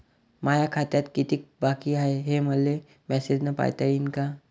माया खात्यात कितीक बाकी हाय, हे मले मेसेजन पायता येईन का?